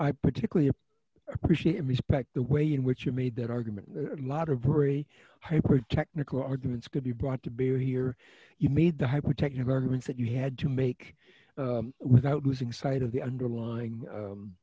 i particularly appreciate respect the way in which you made that argument a lot of worry hypertechnical arguments could be brought to bear here you made the high protective argument that you had to make without losing sight of the underlying hum